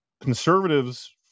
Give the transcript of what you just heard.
conservatives